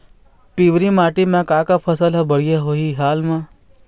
पिवरी माटी म का का फसल हर बढ़िया होही हाल मा?